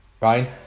Ryan